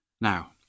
Now